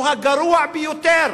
הוא הגרוע ביותר